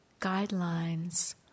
guidelines